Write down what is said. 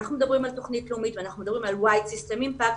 כשאנחנו מדברים על תוכנית לאומית ואנחנו מדברים על white sistem impact,